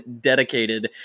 dedicated